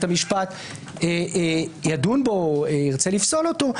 המשפט ידון בו או ירצה לפסול אותו,